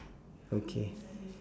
okay